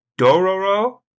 Dororo